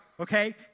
Okay